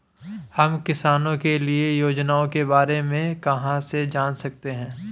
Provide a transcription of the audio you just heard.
हम किसानों के लिए योजनाओं के बारे में कहाँ से जान सकते हैं?